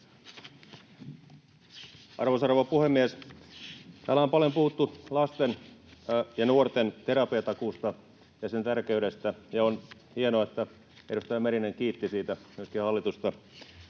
Arvoisa rouva puhemies! Täällä on paljon puhuttu lasten ja nuorten terapiatakuusta ja sen tärkeydestä. On hienoa, että edustaja Merinen kiitti siitä myöskin hallitusta.